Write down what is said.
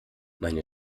meine